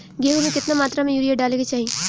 गेहूँ में केतना मात्रा में यूरिया डाले के चाही?